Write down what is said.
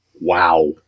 wow